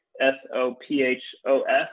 S-O-P-H-O-S